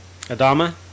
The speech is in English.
Adama